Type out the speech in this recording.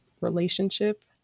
relationship